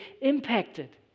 impacted